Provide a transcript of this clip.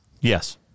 Yes